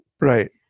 Right